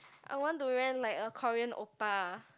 I want to rent like a Korean oppa